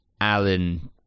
Alan